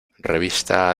revista